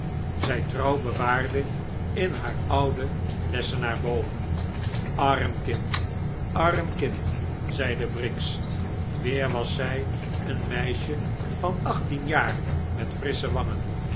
zij trouw bewaarde in haar ouden lessenaar boven arm kind arm kind zeide briggs weer was zij een meisje van achttien jaar met frissche wangen